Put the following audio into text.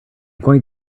going